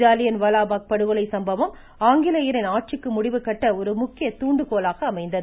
ஜாலியன் வாலாபாக் படுகொலை சம்பவம் ஆங்கிலேயரின் ஆட்சிக்கு முடிவு கட்ட ஒரு முக்கிய துாண்டுகோலாக அமைந்தது